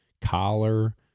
collar